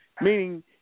meaning